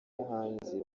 umuhanzi